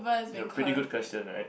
yeah pretty good question right